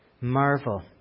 marvel